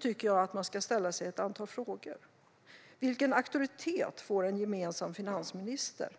tycker jag man ska ställa sig ett antal frågor. Vilken auktoritet får en gemensam finansminister?